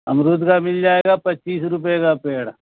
امرود کا مل جائے گا پچیس روپے کا پیڑ